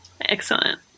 Excellent